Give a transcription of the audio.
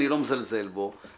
אני לא מזלזל בו.